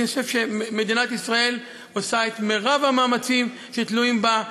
אני חושב שמדינת ישראל עושה את מרב המאמצים שתלויים בה,